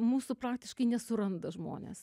mūsų praktiškai nesuranda žmonės